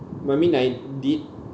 but I mean I did